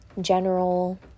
general